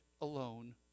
alone